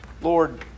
Lord